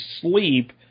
sleep